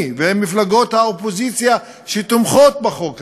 ועם מפלגות האופוזיציה שתומכות בחוק הזה.